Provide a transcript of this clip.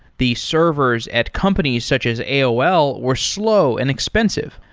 the servers at companies such as aol were slow and expensive.